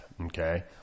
okay